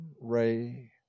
ray